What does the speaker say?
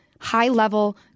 high-level